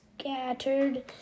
scattered